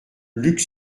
luc